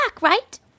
right